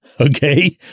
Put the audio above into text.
Okay